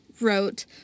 wrote